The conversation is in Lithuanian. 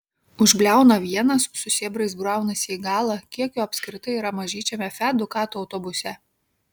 užbliauna vienas su sėbrais braunasi į galą kiek jo apskritai yra mažyčiame fiat ducato autobuse